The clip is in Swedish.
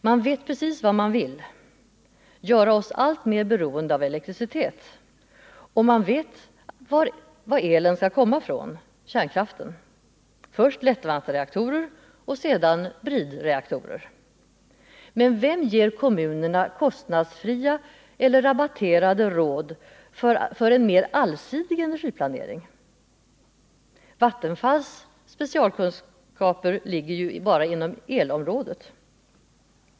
Man vet precis vad man vill: göra oss alltmer beroende av elektricitet. Och man vet varifrån elektriciteten skall komma: kärnkraft, först lättvattenreaktorer och sedan bridreaktorer. Men vem ger kommunerna kostnadsfria eller rabatterade råd för en mer allsidig energiplanering? Vattenfalls specialkunskaper ligger ju inom elområdet.